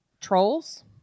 trolls